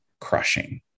crushing